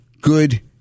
good